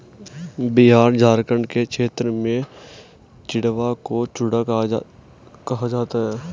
बिहार झारखंड के क्षेत्र में चिड़वा को चूड़ा कहा जाता है